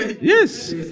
Yes